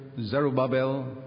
Zerubbabel